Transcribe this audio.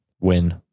Win